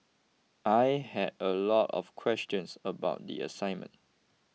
I had a lot of questions about the assignment